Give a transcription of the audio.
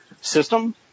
system